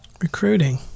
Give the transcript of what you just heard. Recruiting